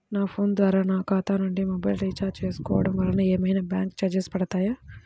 నా ఫోన్ ద్వారా నా ఖాతా నుండి మొబైల్ రీఛార్జ్ చేసుకోవటం వలన ఏమైనా బ్యాంకు చార్జెస్ పడతాయా?